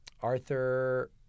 Arthur